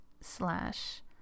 slash